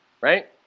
right